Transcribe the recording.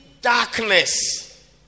darkness